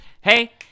Hey